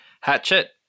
Hatchet